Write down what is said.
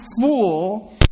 fool